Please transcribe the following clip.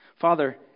Father